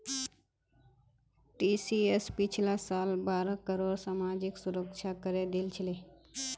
TCS पिछला साल बारह करोड़ सामाजिक सुरक्षा करे दिल छिले